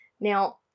Now